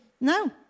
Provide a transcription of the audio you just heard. No